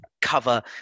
cover